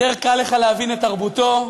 יותר קל לך להבין את תרבותו,